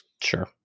sure